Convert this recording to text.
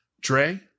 Dre